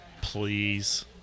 Please